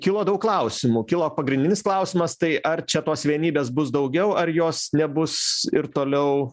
kilo daug klausimų kilo pagrindinis klausimas tai ar čia tos vienybės bus daugiau ar jos nebus ir toliau